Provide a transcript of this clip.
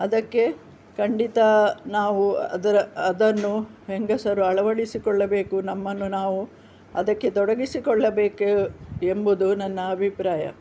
ಅದಕ್ಕೆ ಖಂಡಿತ ನಾವು ಅದರ ಅದನ್ನು ಹೆಂಗಸರು ಅಳವಡಿಸಿಕೊಳ್ಳಬೇಕು ನಮ್ಮನ್ನು ನಾವು ಅದಕ್ಕೆ ತೊಡಗಿಸಿಕೊಳ್ಳಬೇಕು ಎಂಬುದು ನನ್ನ ಅಭಿಪ್ರಾಯ